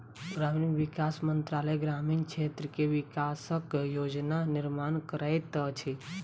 ग्रामीण विकास मंत्रालय ग्रामीण क्षेत्र के विकासक योजना निर्माण करैत अछि